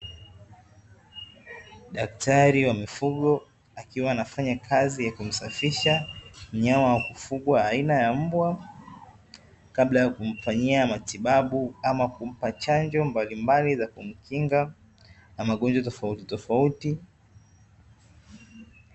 Daktari wa mifugo akiwa anafanya kazi ya kumsafisha mnyama wa kufugwa aina ya mbwa, kabla ya kumfanyia matibabu, ama kumpa chanjo ya kumkinga na magonjwa tofautitofauti.